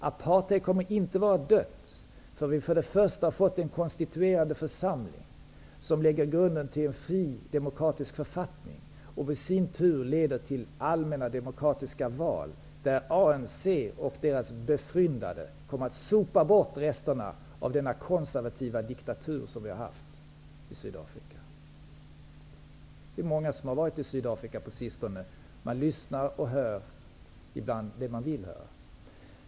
Apartheid kommer inte att vara dött förrän vi fått en konstituerande församling som lägger grunden till en fri demokratisk författning som i sin tur leder till allmänna demokratiska val där ANC och deras befryndade sopar bort resterna av den konservativa diktatur som vi haft i Sydafrika. Många har varit i Sydafrika på sistone. Ibland hör man det man vill höra.